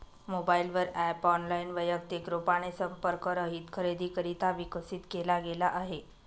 mobile वर app online, वैयक्तिक रूपाने संपर्क रहित खरेदीकरिता विकसित केला गेला आहे